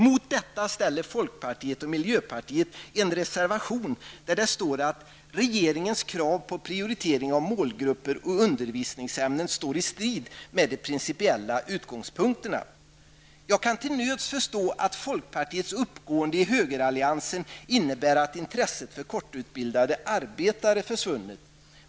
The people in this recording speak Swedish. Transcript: Mot detta ställerfolkpartiet och miljöpartiet en reservation där man skriver följande: ''Regeringens krav på prioritering av målgrupper och undervisningsämnen står i strid med de principiella utgångspunkterna.'' Jag kan till nöds förstå att folkpartiets uppgående i högeralliansen innebär att intresset för kortutbildade arbetare försvunnit.